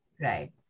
right